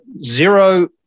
zero